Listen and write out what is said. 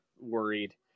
worried